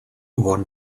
won